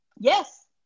Yes